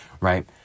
right